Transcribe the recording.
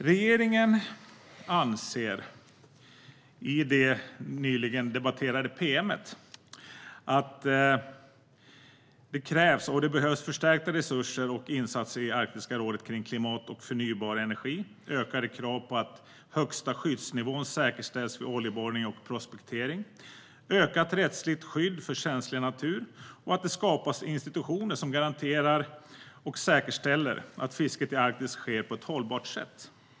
Regeringen anser i det nyligen debatterade pm:et att det krävs förstärkta resurser och insatser i Arktiska rådet kring klimat och förnybar energi, ökade krav på att högsta skyddsnivån säkerställs vid oljeborrning och prospektering, ökat rättsligt skydd för känslig natur och att det skapas institutioner som garanterar och säkerställer att fisket i Arktis sker på ett hållbart sätt.